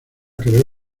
creó